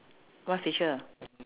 what feature